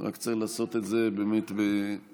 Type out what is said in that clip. רק צריך לעשות את זה באמת בזהירות.